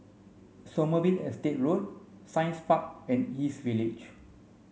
Sommerville Estate Road Science Park and East Village